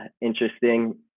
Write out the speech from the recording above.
interesting